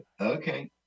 okay